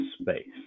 space